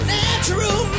natural